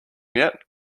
yet